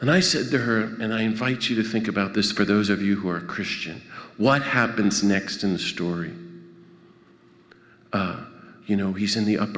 and i said to her and i invite you to think about this for those of you who are christian what happens next in the story you know he's in the upper